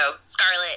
Scarlet